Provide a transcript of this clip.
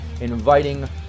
inviting